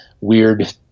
weird